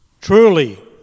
Truly